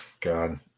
God